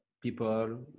people